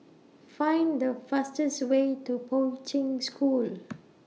Find The fastest Way to Poi Ching School